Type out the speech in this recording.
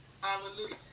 hallelujah